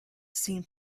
seemed